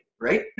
right